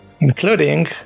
Including